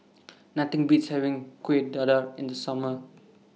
Nothing Beats having Kuih Dadar in The Summer